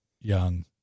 young